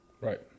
Right